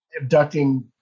abducting